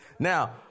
Now